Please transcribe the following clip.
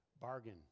Bargain